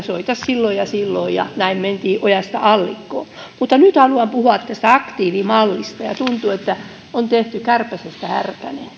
soita silloin ja silloin ja näin mentiin ojasta allikkoon mutta nyt haluan puhua tästä aktiivimallista tuntuu että on tehty kärpäsestä härkänen